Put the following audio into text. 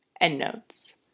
Endnotes